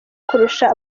kurusha